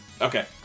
Okay